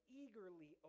eagerly